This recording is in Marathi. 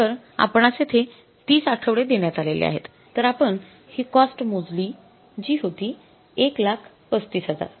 तर आपण हि कॉस्ट मोजली जी होती १३५०००